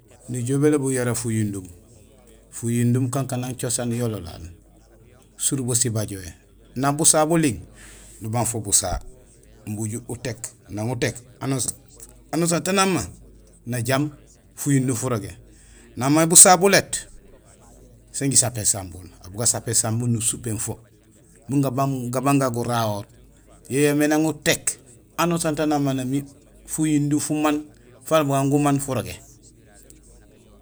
Nijool bélobul yara fuyundum. Fuyundum kankanang cosaan yololaal. Surubo sibajohé: nang busaha buling nubang fo busaha imbi uju utéék nang utéék anusaan taan nama najaam fuyundum furogé, nang may busaha buléét sén jisapéén sambun; aw busapéén sabun nusupin fo ming gabaaŋ gagu garahoor; yo yoomé nang utéék anusaan taan nama nami fuyundum fumaan fara bugaan gumaan furogé.